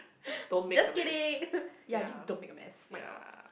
just kidding ya just don't make a mess